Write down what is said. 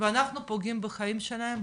ואנחנו פוגעים בחיים שלהם,